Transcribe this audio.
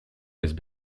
laisse